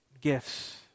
gifts